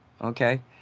okay